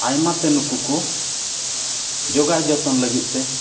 ᱟᱭᱢᱟ ᱛᱮ ᱱᱩᱠᱩ ᱠᱚ ᱡᱚᱜᱟᱣ ᱡᱚᱛᱚᱱ ᱞᱟᱹᱜᱤᱫ ᱛᱮ